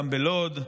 גם בלוד,